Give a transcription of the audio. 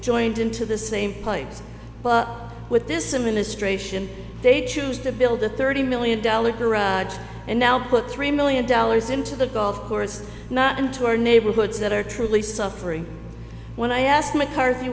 joined into the same place but with this a ministration they choose to build a thirty million dollar garage and now put three million dollars into the golf course not into our neighborhoods that are truly suffering when i asked mccarthy